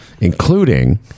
including